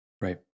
right